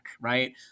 right